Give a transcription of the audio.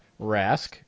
Rask